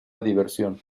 diversión